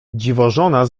dziwożona